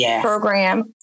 program